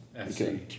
Okay